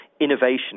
Innovation